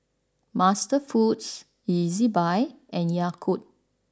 MasterFoods Ezbuy and Yakult